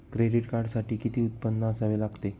Credit कार्डसाठी किती उत्पन्न असावे लागते?